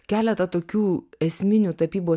keletą tokių esminių tapybos